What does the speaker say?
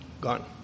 gone